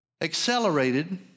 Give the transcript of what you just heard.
accelerated